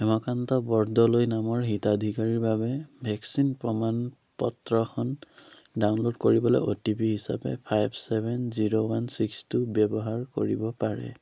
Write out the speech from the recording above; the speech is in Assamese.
হেমকান্ত বৰদলৈ নামৰ হিতাধিকাৰীৰ বাবে ভেকচিন প্ৰমাণ পত্ৰখন ডাউনল'ড কৰিবলৈ অ'টিপি হিচাপে five seven zero one six two ব্যৱহাৰ কৰিব পাৰে